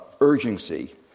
urgency